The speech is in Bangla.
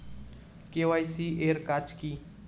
কে.ওয়াই.সি এর কাজ কি?